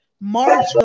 March